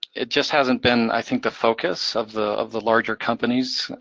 it just hasn't been, i think, the focus of the of the larger companies.